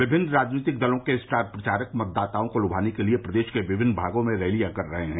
विभिन्न राजनीतिक दलों के स्टार प्रचारक मतदाताओं को लुभाने के लिये प्रदेश के विभिन्न भागों में रैलियां कर रहे हैं